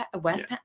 West